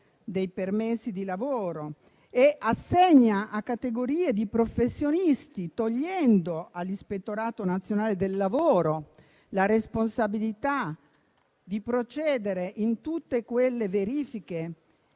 dei permessi di lavoro, che assegna a categorie di professionisti, togliendola all'Ispettorato nazionale del lavoro, la responsabilità di procedere a tutte le verifiche,